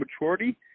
maturity